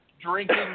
drinking